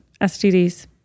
STDs